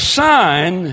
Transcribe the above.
sign